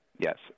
yes